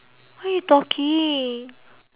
what you talking